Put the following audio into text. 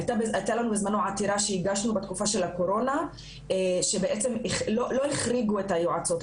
היתה לנו בזמנו עתירה שהגשנו בתקופה של הקורונה שלא החריגו את היועצות,